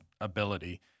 ability